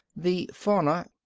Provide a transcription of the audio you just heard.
the fauna,